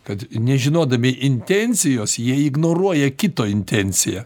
kad nežinodami intencijos jie ignoruoja kito intenciją